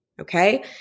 Okay